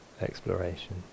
exploration